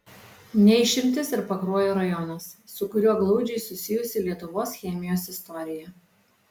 ne išimtis ir pakruojo rajonas su kuriuo glaudžiai susijusi lietuvos chemijos istorija